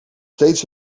steeds